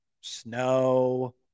snow